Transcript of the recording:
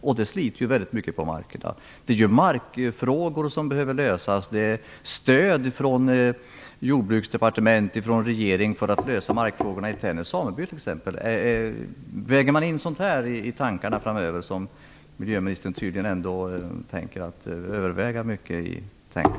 Renbetet sliter väldigt mycket på markerna. Det är markfrågor som behöver lösas. Det behövs stöd från Jordbruksdepartementet och från regeringen för att lösa markfrågorna i Tännäs sameby t.ex. Väger man in sådant här i tankarna, miljöministern? Tydligen har ju miljöministern övervägt detta.